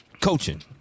coaching